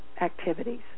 activities